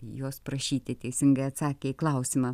jos prašyti teisingai atsakę į klausimą